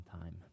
time